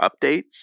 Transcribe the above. updates